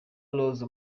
rose